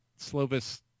Slovis